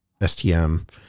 STM